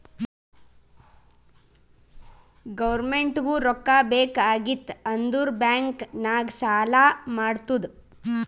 ಗೌರ್ಮೆಂಟ್ಗೂ ರೊಕ್ಕಾ ಬೇಕ್ ಆಗಿತ್ತ್ ಅಂದುರ್ ಬ್ಯಾಂಕ್ ನಾಗ್ ಸಾಲಾ ಮಾಡ್ತುದ್